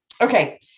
okay